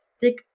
thick